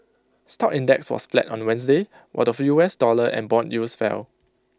stock index was flat on Wednesday while the U S dollar and Bond yields fell